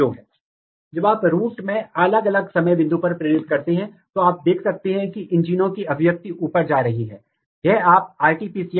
यह एक down regulation है क्योंकि MADS1 को इस जीन द्वारा रेगुलेट किया जाएगा और आप देख सकते हैं कि ऐसा क्या होता है कि ये जीन एक्सप्रेशन ऊपर जा रहा है और यह जीन एक्सप्रेशन डाउन हो रहा है